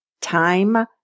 time